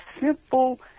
simple